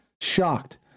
shocked